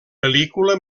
pel·lícula